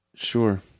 Sure